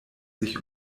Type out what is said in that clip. sich